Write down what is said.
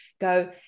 go